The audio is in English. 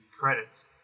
credits